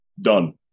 done